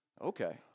Okay